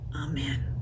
amen